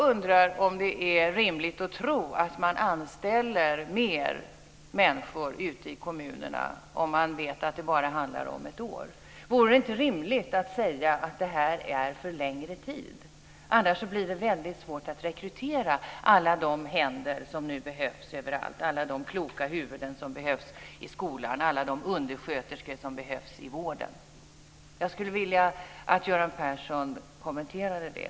Är det rimligt att tro att kommunerna anställer fler människor om de vet att det bara handlar om ett år? Vore det inte rimligt att säga att det gäller för längre tid? Annars blir det väldigt svårt att rekrytera alla de händer som behövs, alla de kloka huvuden som behövs i skolan, alla de undersköterskor som behövs i vården. Jag skulle vilja att Göran Persson kommenterade det.